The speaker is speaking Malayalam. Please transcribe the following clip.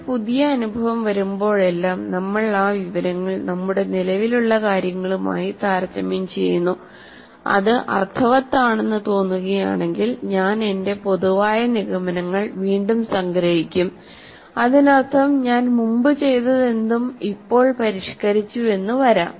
ഒരു പുതിയ അനുഭവം വരുമ്പോഴെല്ലാം നമ്മൾ ആ വിവരങ്ങൾ നമ്മുടെ നിലവിലുള്ള കാര്യങ്ങളുമായി താരതമ്യം ചെയ്യുന്നുഅത് അർത്ഥവത്താണെന്ന് തോന്നുകയാണെങ്കിൽ ഞാൻ എന്റെ പൊതുവായവ നിഗമനങ്ങൾ വീണ്ടും സംഗ്രഹിക്കും അതിനർത്ഥം ഞാൻ മുമ്പ് ചെയ്തതെന്തും ഇപ്പോൾ പരിഷ്ക്കരിച്ചുവെന്നു വരാം